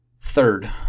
Third